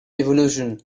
evolution